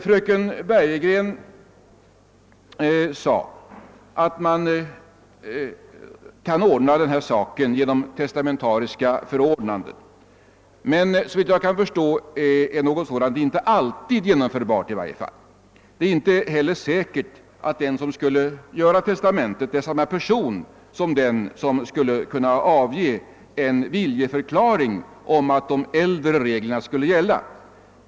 Fröken Bergegren sade att man kan ordna denna sak genom testamentariska förordnanden. Men såvitt jag kan förstå är någonting sådant inte alltid ge nomförbart. Det är inte heller säkert att den som skulle skriva tesetamentet är samma person som den som skulle kunna avge en viljeförklaring om att de äldre reglerna skall gälla.